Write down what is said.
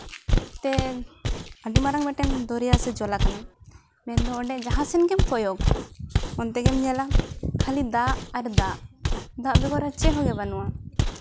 ᱛᱮ ᱟᱹᱰᱤ ᱢᱟᱨᱟᱝ ᱛᱮ ᱢᱤᱫᱴᱟᱱ ᱫᱚᱨᱭᱟ ᱥᱮ ᱡᱚᱞᱟ ᱠᱟᱱᱟ ᱢᱮᱱᱫᱚ ᱚᱸᱰᱮ ᱡᱟᱦᱟᱸ ᱥᱮᱱ ᱜᱮᱢ ᱠᱚᱭᱚᱜ ᱠᱷᱟᱹᱞᱤ ᱚᱱᱛᱮ ᱜᱮᱢ ᱮᱞᱟ ᱫᱟᱜ ᱟᱨ ᱫᱟᱜ ᱵᱮᱜᱚᱨ ᱪᱮᱫ ᱦᱚᱸᱜᱮ ᱵᱟᱹᱱᱩᱜᱼᱟ